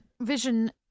vision